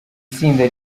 tsinda